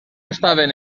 estaven